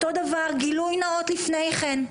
אותו דבר גילוי נאות לפני כן,